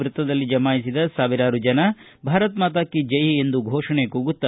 ವೃತ್ತದಲ್ಲಿ ಜಮಾಯಿಸಿದ ಸಾವಿರಾರು ಜನ ಭಾರತ ಮಾತಕೀ ಜೈ ಎಂದು ಘೋಷಣೆ ಕೂಗುತ್ತ